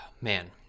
Man